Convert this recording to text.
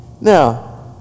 Now